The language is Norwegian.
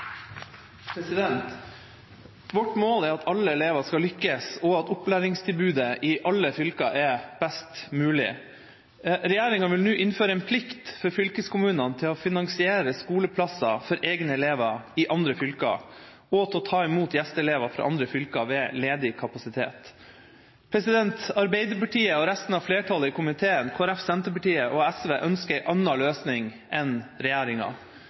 lovendringen. Vårt mål er at alle elever skal lykkes og at opplæringstilbudet i alle fylker er best mulig. Regjeringa vil nå innføre en plikt for fylkeskommunene til å finansiere skoleplasser for egne elever i andre fylker og til å ta imot gjesteelever fra andre fylker ved ledig kapasitet. Arbeiderpartiet og resten av flertallet i komiteen, Kristelig Folkeparti, Senterpartiet og SV, ønsker en annen løsning enn regjeringa.